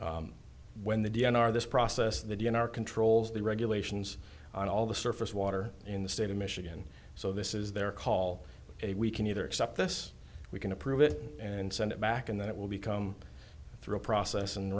in when the d n r this process the d n r controls the regulations on all the surface water in the state of michigan so this is their call a we can either accept this we can approve it and send it back and then it will become through a process and